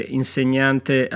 insegnante